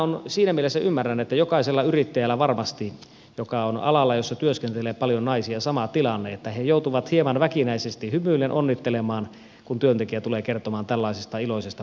tämän siinä mielessä ymmärrän että jokaisella yrittäjällä varmasti joka on alalla jolla työskentelee paljon naisia on sama tilanne että he joutuvat hieman väkinäisesti hymyillen onnittelemaan kun työntekijä tulee kertomaan tällaisesta iloisesta perhetapahtumasta